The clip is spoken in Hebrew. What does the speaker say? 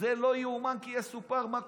זה לא יאומן כי יסופר מה שקורה,